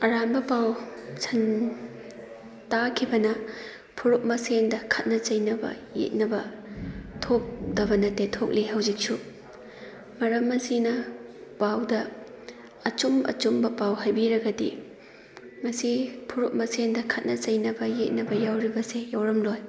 ꯑꯔꯥꯟꯕ ꯄꯥꯎ ꯇꯥꯈꯤꯕꯅ ꯐꯨꯔꯨꯞ ꯃꯁꯦꯟꯗ ꯈꯠꯅ ꯆꯩꯅꯕ ꯌꯦꯠꯅꯕ ꯊꯣꯛꯇꯕ ꯅꯠꯇꯦ ꯊꯣꯛꯂꯤ ꯍꯧꯖꯤꯛꯁꯨ ꯃꯔꯝ ꯑꯁꯤꯅ ꯄꯥꯎꯗ ꯑꯆꯨꯝ ꯑꯆꯨꯝꯕ ꯄꯥꯎ ꯍꯥꯏꯕꯤꯔꯒꯗꯤ ꯃꯁꯤ ꯐꯨꯔꯨꯞ ꯃꯁꯦꯟꯗ ꯈꯠꯅ ꯆꯩꯅꯕ ꯌꯦꯠꯅꯕ ꯌꯥꯎꯔꯤꯕꯁꯤ ꯌꯥꯎꯔꯝꯂꯣꯏ